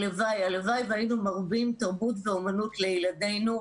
הלוואי והיינו מרבים תרבות ואומנות לילדינו.